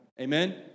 Amen